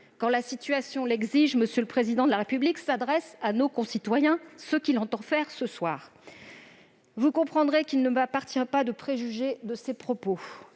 quand la situation l'exige, M. le Président de la République s'adresse à nos concitoyens, ce qu'il entend faire ce soir. Vous comprendrez qu'il ne m'appartient pas de préjuger de ses propos